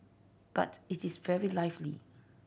but it is very lively